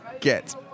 get